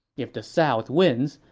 if the south wins,